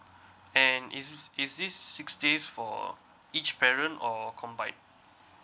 and is this is this sixty for each parent or combine